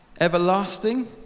everlasting